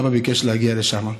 אבא ביקש להגיע לשם,